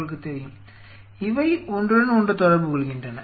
உங்களுக்குத் தெரியும் இவை ஒன்றுடன் ஒன்று தொடர்பு கொள்கின்றன